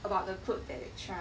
about the clothes that they try